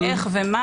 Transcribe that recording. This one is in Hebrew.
איך ומה